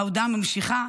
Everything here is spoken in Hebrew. ההודעה ממשיכה,